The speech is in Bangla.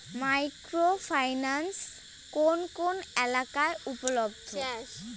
মাইক্রো ফাইন্যান্স কোন কোন এলাকায় উপলব্ধ?